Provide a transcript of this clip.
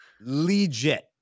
legit